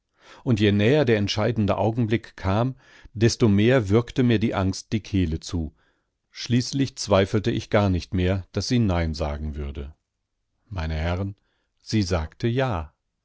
und je näher der entscheidende augenblick kam desto mehr würgte mir die angst die kehle zu schließlich zweifelte ich gar nicht mehr daß sie nein sagen würde meine herren sie sagte ja